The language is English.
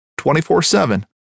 24-7